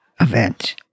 event